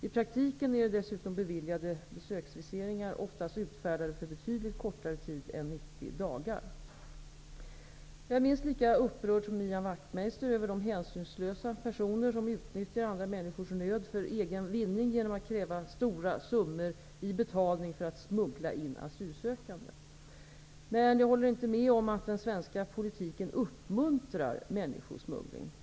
I praktiken är dessutom beviljade besöksviseringar oftast utfärdade för betydligt kortare tid än 90 dagar. Jag är minst lika upprörd som Ian Wachtmeister över de hänsynslösa personer som utnyttjar andra människors nöd för egen vinning genom att kräva stora summor i betalning för att smuggla in asylsökande. Men jag håller inte med om att den svenska politiken uppmuntrar människosmuggling.